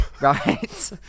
Right